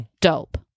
Dope